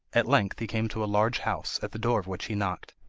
at length he came to a large house, at the door of which he knocked.